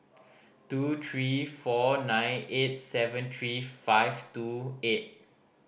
two three four nine eight seven three five two eight